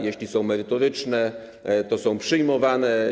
Jeśli są merytoryczne, to są przyjmowane.